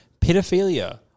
pedophilia